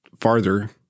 farther